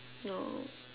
no